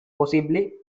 possibly